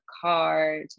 car